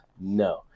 No